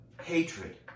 hatred